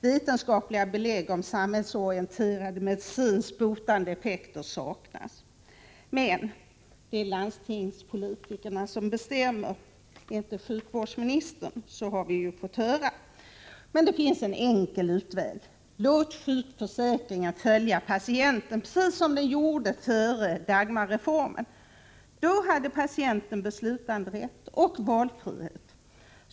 Vetenskapliga belägg om den ”samhällsorienterade medicinens” botande effekter saknas. Men det är landstingspolitikerna som bestämmer, inte sjukvårdsministern, så har vi ju fått höra. Det finns en enkel utväg: låt sjukförsäkringen följa patienten precis som den gjorde före Dagmarreformen. Då hade patienten beslutanderätt och valfrihet.